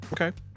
Okay